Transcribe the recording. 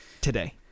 Today